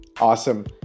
awesome